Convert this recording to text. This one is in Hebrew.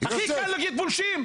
הכי קל להגיד "פולשים".